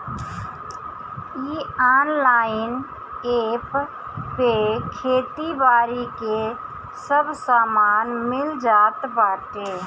इ online app पे खेती बारी के सब सामान मिल जात बाटे